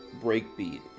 Breakbeat